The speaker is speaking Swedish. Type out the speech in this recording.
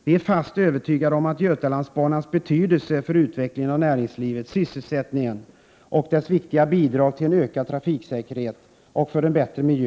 Vi är fast övertygade om Götalandsbanans betydelse för utvecklingen av näringslivet och sysselsättningen och dess viktiga bidrag till en ökad trafiksäkerhet och till en bättre miljö.